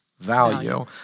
value